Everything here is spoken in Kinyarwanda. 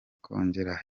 kongera